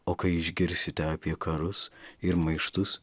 o kai išgirsite apie karus ir maištus